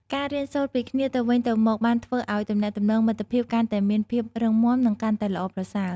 ការរៀនសូត្រពីគ្នាទៅវិញទៅមកបានធ្វើឱ្យទំនាក់ទំនងមិត្តភាពកាន់តែមានភាពរឹងមាំនិងកាន់តែល្អប្រសើរ។